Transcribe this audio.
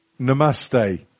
namaste